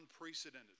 unprecedented